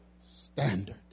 Standard